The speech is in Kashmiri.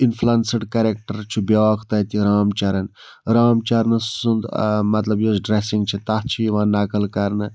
اِنفلنسٕڈ کریکٹَر چھُ بیٛاکھ تَتہِ رام چَرَن رام چرَنہٕ سُنٛد مطلب یُس ڈریسِنگ چھِ تَتھ چھِ یِوان نقٕل کَرنہٕ